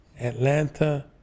Atlanta